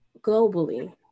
globally